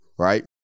Right